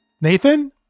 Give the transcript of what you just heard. Nathan